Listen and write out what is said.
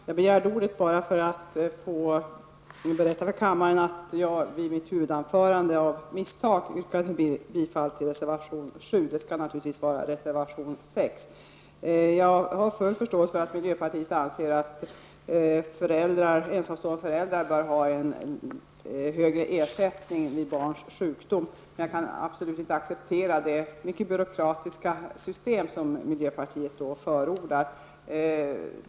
Herr talman! Jag begär ordet bara för att få berätta för kammaren att jag i mitt huvudanförande av misstag yrkade bifall till reservation 7. Det skall naturligtvis vara reservation 6. Jag har full förståelse för att miljöpartiet anser att ensamstående föräldrar bör ha högre ersättning vid barns sjukdom. Men jag kan absolut inte acceptera det mycket byråkratiska system som miljöpartiet förordar.